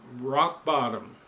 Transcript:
rock-bottom